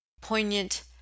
Poignant